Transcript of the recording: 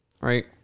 Right